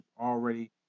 already